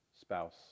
spouse